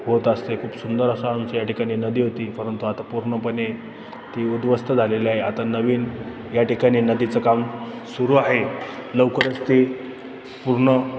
होत असते खूप सुंदर असा आमचा या ठिकाणी नदी होती परंतु आता पूर्णपणे ती उध्वस्त झालेली आहे आता नवीन या ठिकाणी नदीचं काम सुरू आहे लवकरच ते पूर्ण